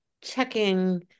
checking